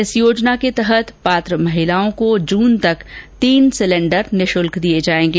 इस योजना के तहत पात्र महिलाओं को जून तक तीन सिलेन्डर निःशुल्क दिये जाएँगे